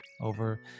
over